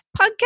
podcast